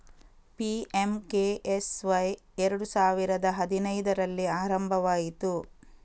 PMKSY ಎರಡು ಸಾವಿರದ ಹದಿನೈದರಲ್ಲಿ ಆರಂಭವಾಯಿತು